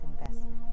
investment